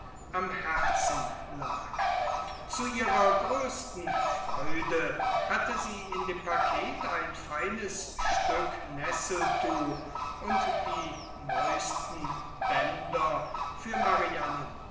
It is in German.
am herzen lag zu ihrer größten freude hatte sie in dem paket ein feines stück nesseltuch und die neuesten bänder für marianen